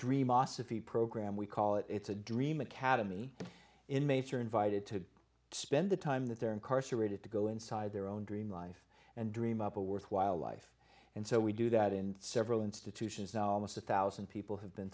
dream os a free program we call it it's a dream academy inmates are invited to spend the time that they're incarcerated to go inside their own dream life and dream up a worthwhile life and so we do that in several institutions now almost a one thousand people have been